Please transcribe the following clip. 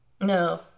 No